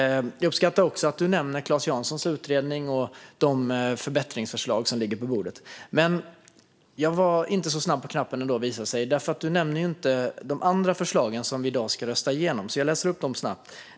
Jag uppskattar också att du nämnde Claes Janssons utredning och de förbättringsförslag som ligger på bordet. Men jag var inte så snabb på knappen ändå, visade det sig, för du nämnde inte de andra förslag som vi ska rösta igenom i dag. Jag ska läsa upp dem snabbt.